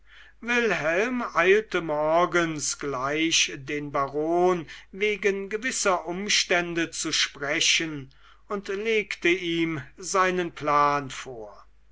wilhelm eilte morgens gleich den baron wegen gewisser umstände zu sprechen und legte ihm seinen plan vor